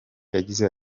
yagize